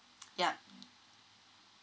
yup